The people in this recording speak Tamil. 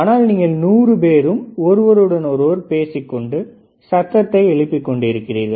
ஆனால் நீங்கள் 100 பேரும் ஒருவருடன் ஒருவர் பேசிக்கொண்டு சத்தத்தை எழுப்பி கொண்டிருக்கிறீர்கள்